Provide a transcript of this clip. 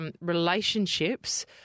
relationships